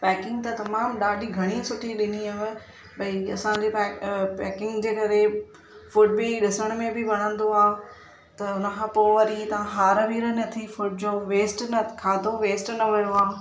packing त तमामु ॾाढी घणी सुठी ॾिनी हुयव ॿई असां जेका पैकिंग जे करे फूड बि ॾिसण में बि वणंदो आहे त हुनखां पोइ वरी तव्हां हार बि नथी फूड जो वेस्ट न खाधो वेस्ट न वियो आहे